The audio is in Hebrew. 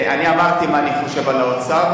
אני אמרתי מה אני חושב על האוצר,